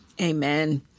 Amen